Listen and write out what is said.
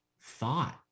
thought